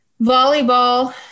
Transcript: Volleyball